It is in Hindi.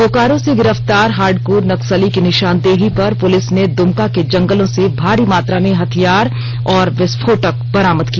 बोकारो से गिरफ्तार हार्डकोर नक्सली की निशानदेही पर पुलिस ने दुमका के जंगलों से मारी मात्रा में हथियार और विस्फोटक बरामद किया